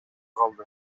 калды